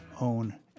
own